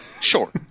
sure